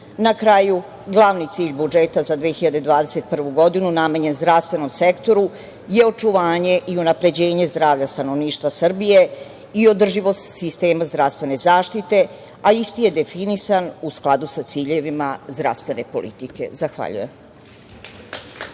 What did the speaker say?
kraju, glavni cilj budžeta za 2021. godinu, namenjen zdravstvenom sektoru je očuvanje i unapređenje zdravlja stanovništva Srbije i održivost sistema zdravstvene zaštite, a isti je definisan u skladu sa ciljevima zdravstvene politike. Zahvaljujem.